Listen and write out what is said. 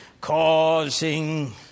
causing